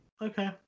Okay